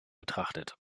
betrachtet